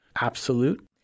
absolute